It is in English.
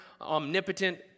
omnipotent